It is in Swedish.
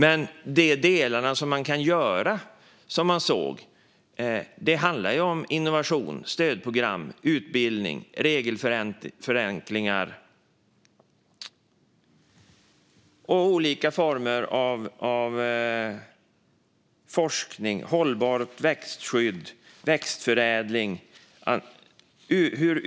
Vad man kan göra, och som man såg, handlar om innovation, stödprogram, utbildning, regelförenklingar och olika former av forskning, hållbart växtskydd och växtförädling.